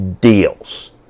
deals